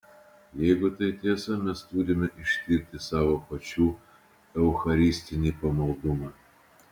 jeigu tai tiesa mes turime ištirti savo pačių eucharistinį pamaldumą